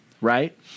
right